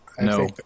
No